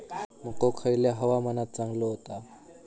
मको खयल्या हवामानात चांगलो होता?